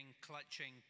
clutching